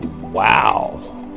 wow